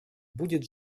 будет